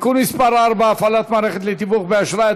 (תיקון מס' 4) (הפעלת מערכת לתיווך באשראי),